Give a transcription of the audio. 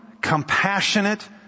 compassionate